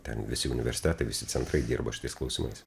ten visi universitetai visi centrai dirba šitais klausimais